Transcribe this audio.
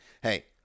hey